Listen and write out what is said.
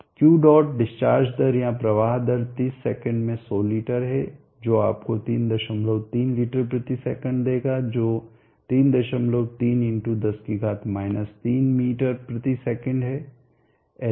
Q dot discharge दर या प्रवाह दर 30 सेकंड में 100 लीटर है जो आपको 33 लीटर सेकंड देगा जो 33 × 10 3msec है